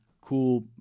cool